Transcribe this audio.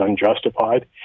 unjustified